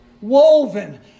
Woven